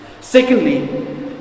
Secondly